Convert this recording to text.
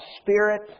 Spirit